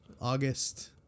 August